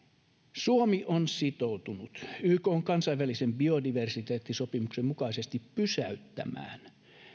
suomi on sitoutunut ykn kansainvälisen biodiversiteettisopimuksen mukaisesti pysäyttämään